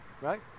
right